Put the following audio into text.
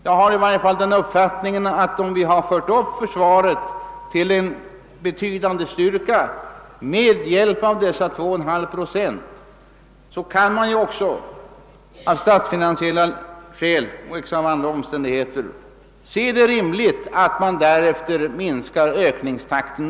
Om försvaret förts upp till en betydande styrka med hjälp av dessa 2,5 procent, kan man av statsfinansiella skäl och på grund av andra omständigheter anse det rimligt att därefter något minska ökningstakten.